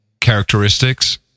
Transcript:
characteristics